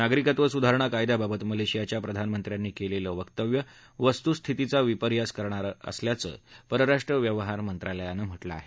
नागरिकत्व सुधारणा कायद्याबाबत मलेशियाच्या प्रधानमंत्र्यांनी केलेलं वक्तव्य वस्तूस्थितीचा विपर्यास करणारं असल्याचं परराष्ट्र व्यवहार मंत्रालयानं म्हटलं आहे